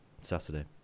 Saturday